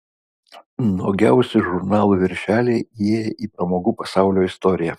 nuogiausi žurnalų viršeliai įėję į pramogų pasaulio istoriją